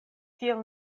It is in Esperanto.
tiel